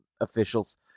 official's